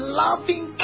loving